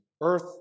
earth